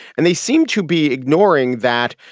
and they seem to be ignoring that.